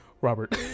Robert